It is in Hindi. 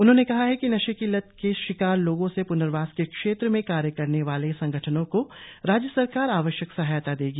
उन्होंने कहा कि नशे की लत के शिकार लोगों के प्नर्वास के क्षेत्रों में कार्य करने वाले संगठनों को राज्य सरकार आवश्यक सहायता देगी